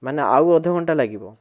ମାନେ ଆଉ ଅଧଘଣ୍ଟା ଲାଗିବ